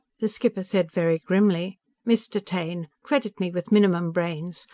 the skipper said very grimly mr. taine, credit me with minimum brains!